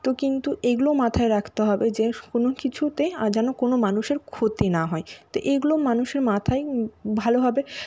তো কিন্তু এইগুলোও মাথায় রাখতে হবে যে কোনো কিছুতেই যেন কোনো মানুষের ক্ষতি না হয় তো এইগুলো মানুষের মাথায় ভালোভাবে